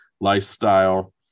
lifestyle